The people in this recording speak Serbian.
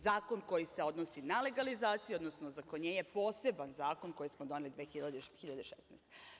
Zakon koji se odnosi na legalizaciju, odnosno ozakonjenje, je poseban zakon koji smo doneli 2016. godine.